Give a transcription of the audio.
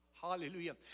Hallelujah